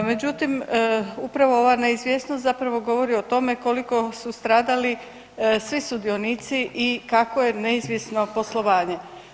Međutim, upravo ova neizvjesnost govori o tome koliko su stradali svi sudionici i kako je neizvjesno poslovanje.